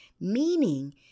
meaning